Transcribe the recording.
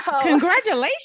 Congratulations